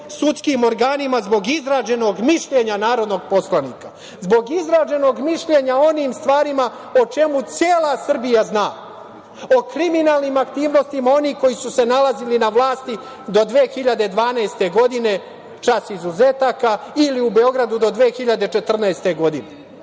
sudskim organima zbog izgrađenog mišljenja narodnog poslanika, zbog izraženog mišljenja o onim stvarima o čemu cela Srbija zna, o kriminalnim aktivnostima onih koji su se nalazili na vlasti do 2012. godine, čast izuzecima, ili u Beogradu do 2014. godine. Dakle,